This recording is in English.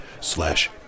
slash